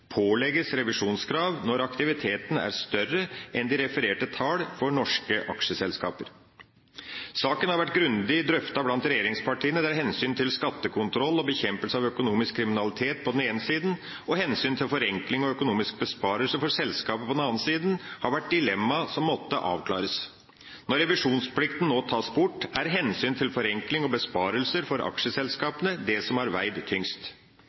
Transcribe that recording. pålegges revisjonskrav når aktiviteten er større enn de refererte tall for norske aksjeselskaper. Saken har vært grundig drøftet blant regjeringspartiene, der hensynet til skattekontroll og bekjempelse av økonomisk kriminalitet på den ene sida, og hensynet til forenkling og økonomisk besparelse for selskaper på den andre sida, har vært dilemmaer som måtte avklares. Når revisjonsplikten nå tas bort, er hensyn til forenkling og besparelser for aksjeselskapene det som har veid tyngst.